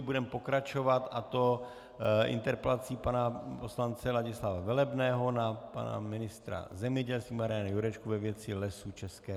Budeme pokračovat, a to interpelací pana poslance Ladislava Velebného na pana ministra zemědělství ve věci Lesů ČR.